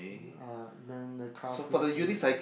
ah then the car free sun